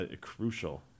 crucial